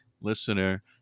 Listener